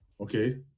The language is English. Okay